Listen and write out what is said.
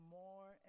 more